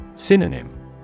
Synonym